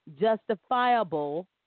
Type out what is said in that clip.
justifiable